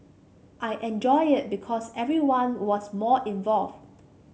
I enjoyed it because everyone was more involved